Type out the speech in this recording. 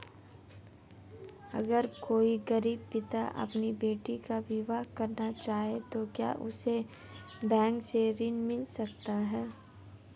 अगर कोई गरीब पिता अपनी बेटी का विवाह करना चाहे तो क्या उसे बैंक से ऋण मिल सकता है?